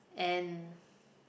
and